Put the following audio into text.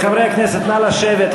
חברי הכנסת, נא לשבת.